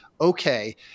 okay